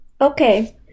Okay